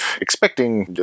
expecting